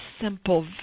simple